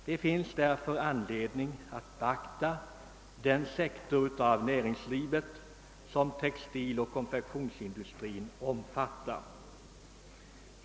Det finns därför all anledning att beakta den sektor av näringslivet som textiloch konfektionsindustrin omfattar.